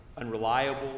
unreliable